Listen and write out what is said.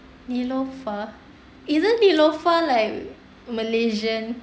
neelofa isn't neelofa like malaysian